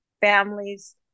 families